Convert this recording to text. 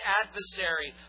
adversary